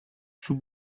sous